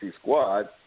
squad